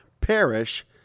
perish